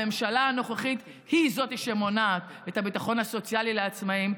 הממשלה הנוכחית היא שמונעת את הביטחון הסוציאלי מעצמאים,